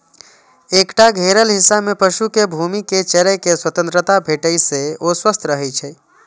एकटा घेरल हिस्सा मे पशु कें घूमि कें चरै के स्वतंत्रता भेटै से ओ स्वस्थ रहै छै